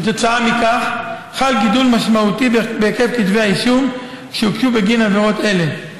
כתוצאה מכך חל גידול משמעותי בהיקף כתבי האישום שהוגשו בגין עבירות אלה.